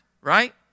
right